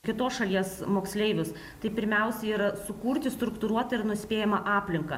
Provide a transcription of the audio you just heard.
kitos šalies moksleivius tai pirmiausia yra sukurti struktūruotą ir nuspėjamą aplinką